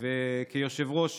כיושב-ראש